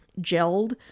gelled